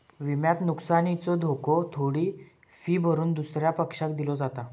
विम्यात नुकसानीचो धोको थोडी फी भरून दुसऱ्या पक्षाक दिलो जाता